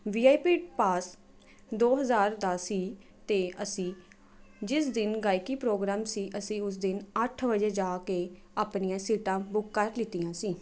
we I P pass ਦੋ ਹਜ਼ਾਰ ਦਾ ਸੀ ਅਤੇ ਅਸੀਂ ਜਿਸ ਦਿਨ ਗਾਇਕੀ ਪ੍ਰੋਗਰਾਮ ਸੀ ਅਸੀਂ ਉਸ ਦਿਨ ਅੱਠ ਵਜੇ ਜਾ ਕੇ ਆਪਣੀਆਂ ਸੀਟਾਂ ਬੁੱਕ ਕਰ ਲਿੱਤੀਆਂ ਸੀ